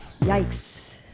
Yikes